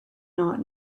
not